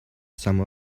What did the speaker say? some